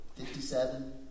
57